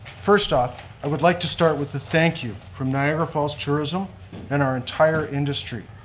first off, i would like to start with a thank you from niagara falls tourism and our entire industry.